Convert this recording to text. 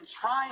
trying